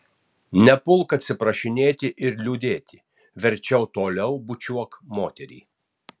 nepulk atsiprašinėti ir liūdėti verčiau toliau bučiuok moterį